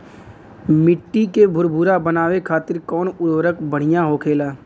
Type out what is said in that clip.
मिट्टी के भूरभूरा बनावे खातिर कवन उर्वरक भड़िया होखेला?